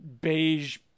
beige